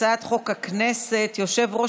הצעת חוק הכנסת (תיקון מס'